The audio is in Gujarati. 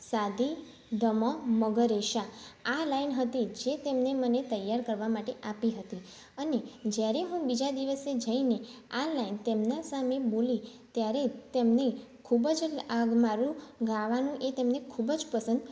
સા ધી ધ મ મ ગ રે સા આ લાઇન હતી જે તેમણે મને તૈયાર કરવા માટે આપી હતી અને જ્યારે હું બીજા દિવસે જઇને આ લાઇન તેમના સામે બોલી ત્યારે તેમને ખૂબ જ આ ગ મારું ગાવાનું એ તેમને ખૂબ જ પસંદ